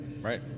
Right